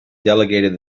delegated